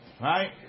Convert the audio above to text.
Right